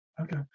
Okay